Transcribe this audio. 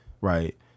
right